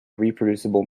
reproducible